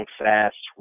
fast